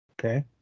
Okay